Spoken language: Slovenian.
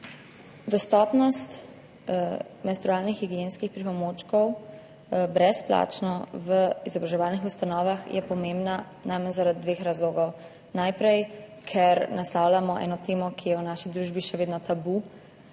Dostopnost menstrualnih higienskih pripomočkov brezplačno v izobraževalnih ustanovah je pomembna najmanj zaradi dveh razlogov. Najprej, ker naslavljamo eno temo, ki je v naši družbi še vedno tabu,